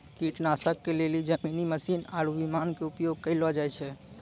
कीटनाशक के लेली जमीनी मशीन आरु विमान के उपयोग कयलो जाय छै